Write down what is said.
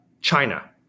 China